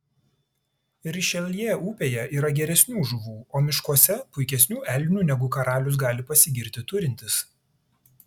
rišeljė upėje yra geresnių žuvų o miškuose puikesnių elnių negu karalius gali pasigirti turintis